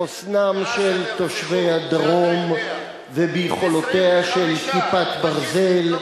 ובחוסנם של תושבי הדרום וביכולותיה של "כיפת ברזל",